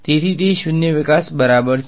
તેથી તે શૂન્યાવકાશ બરાબર છે